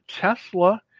Tesla